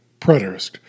preterist